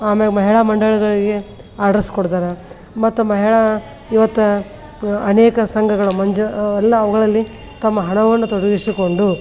ಆಮೇಲೆ ಮಹಿಳಾ ಮಂಡಳಿಗಳಿಗೆ ಆರ್ಡರ್ಸ್ ಕೊಡ್ತಾರೆ ಮತ್ತು ಮಹಿಳಾ ಇವತ್ತು ಅನೇಕ ಸಂಘಗಳ ಮಂಜು ಎಲ್ಲ ಅವುಗಳಲ್ಲಿ ತಮ್ಮ ಹಣವನ್ನು ತೊಡಗಿಸಿಕೊಂಡು